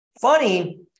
funny